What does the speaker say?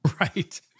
right